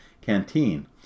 Canteen